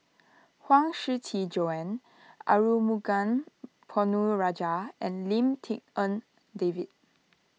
Huang Shiqi Joan Arumugam Ponnu Rajah and Lim Tik En David